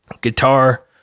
Guitar